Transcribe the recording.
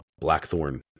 Blackthorn